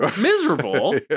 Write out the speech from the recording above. miserable